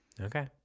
Okay